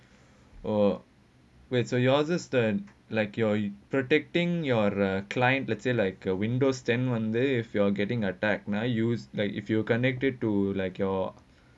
or well so your system understand like you're protecting your client let's say like a Windows ten one day if you are getting attack now use like if you were connected to like your